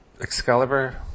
Excalibur